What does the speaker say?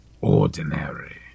ordinary